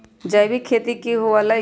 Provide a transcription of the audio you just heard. जैविक खेती की हुआ लाई?